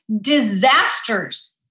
disasters